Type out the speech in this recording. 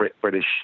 British